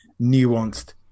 nuanced